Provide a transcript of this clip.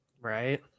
right